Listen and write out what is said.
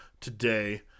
today